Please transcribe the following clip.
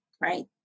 right